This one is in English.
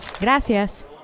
Gracias